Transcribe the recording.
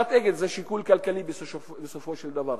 חברת "אגד" זה שיקול כלכלי בסופו של דבר,